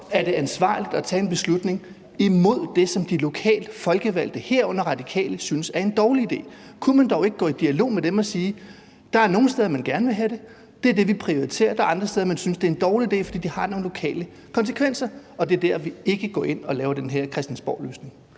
er det ansvarligt at tage en beslutning, som de lokalt folkevalgte, herunder radikale, synes er en dårlig idé? Kunne man dog ikke gå i dialog med dem og sige: Der er nogle steder, man gerne vil have det, og det er det, vi prioriterer, mens der er andre steder, man synes, det er en dårlig idé, fordi det har nogle lokale konsekvenser, og det er så der, vi ikke går ind og laver den her christiansborgløsning?